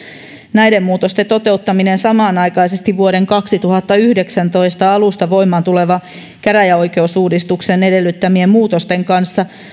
näiden muutosten toteuttaminen samanaikaisesti vuoden kaksituhattayhdeksäntoista alusta voimaan tulevan käräjäoikeusuudistuksen edellyttämien muutosten kanssa